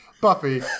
Buffy